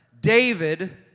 David